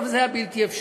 אבל זה היה בלתי אפשרי.